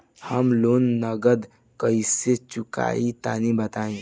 हम लोन नगद कइसे चूकाई तनि बताईं?